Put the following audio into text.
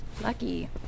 Lucky